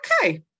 Okay